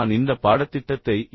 நான் இந்த பாடத்திட்டத்தை என்